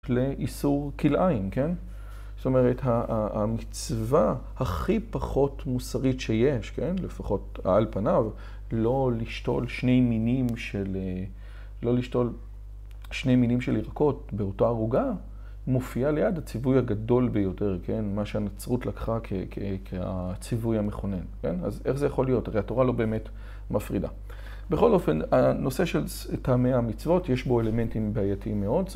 לאיסור כלאיים. כן? זאת אומרת, המצווה הכי פחות מוסרית שיש, לפחות על פניו, לא לשתול שני מינים של ירקות באותה ערוגה, מופיע ליד הציווי הגדול ביותר, מה שהנצרות לקחה כציווי המכונן. איך זה יכול להיות? הרי התורה לא באמת מפרידה. בכל אופן, הנושא של טעמי המצוות, יש בו אלמנטים בעייתיים מאוד.